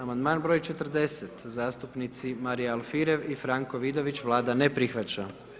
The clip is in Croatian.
Amandman broj 40., zastupnici Marija Alfirev i Franko Vidović, Vlada ne prihvaća.